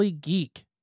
Geek